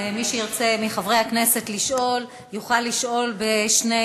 מי מחברי הכנסת שירצה לשאול יוכל לשאול בשני